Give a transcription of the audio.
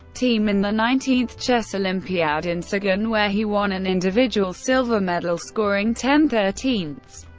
team in the nineteenth chess olympiad in siegen, where he won an individual silver medal, scoring ten thirteen,